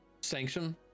sanction